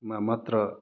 मा मात्र